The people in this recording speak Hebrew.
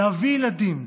להביא ילדים,